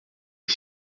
est